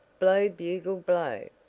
blow bugle, blow,